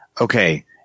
okay